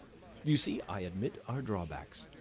you see, i admit our drawbacks.